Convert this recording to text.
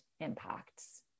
impacts